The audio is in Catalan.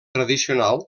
tradicional